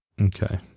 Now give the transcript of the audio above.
okay